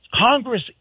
Congress